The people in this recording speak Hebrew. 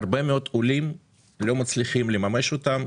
הרבה מאוד עולים לא מצליחים לממש אותן